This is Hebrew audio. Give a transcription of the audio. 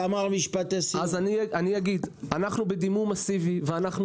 אנחנו בדימום מאסיבי ואנחנו